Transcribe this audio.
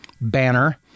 banner